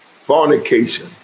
Fornication